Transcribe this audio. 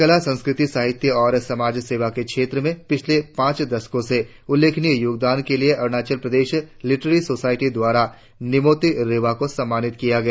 कला संस्कृति साहित्य और समाज सेवा के क्षेत्र में पिछले पांच दशकों से उल्लेखनीय योगदान के लिए अरुणाचल प्रदेश लिटेरेरी सोसायटी द्वारा निमोती रिबा को सम्मानित किया गया